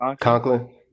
Conklin